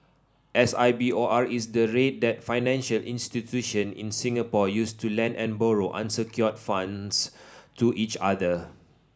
S I B O R is the rate that financial institution in Singapore use to lend and borrow unsecured funds to each other